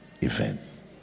events